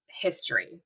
history